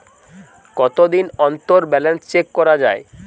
কতদিন অন্তর balance check করা য়ায়?